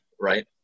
right